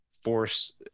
Force